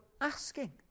asking